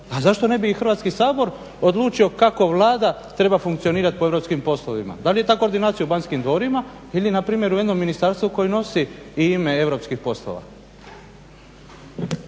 Pa zašto ne bi i Hrvatski sabor odlučio kako Vlada treba funkcionirati po europskim poslovima? Da li je ta koordinacija u Banskim dvorima ili na primjer u jednom ministarstvu koje nosi i ime europskih poslova?